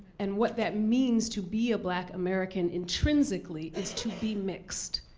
and what that means to be a black american intrinsically is to be mixed.